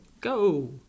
go